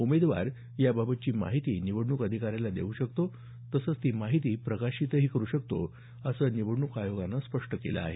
उमेदवार याबाबतची माहिती निवडणूक अधिकाऱ्याला देऊ शकतो तसंच ती माहिती प्रकाशितही करु शकतो असं निवडणूक आयोगानं स्पष्ट केलं आहे